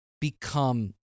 become